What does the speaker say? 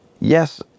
yes